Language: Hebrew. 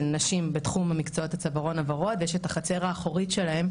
הנשים שמועסקות בתחום הצווארון הוורוד ויש את החצר האחורית שלהן,